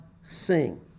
sing